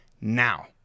now